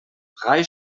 drei